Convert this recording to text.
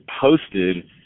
posted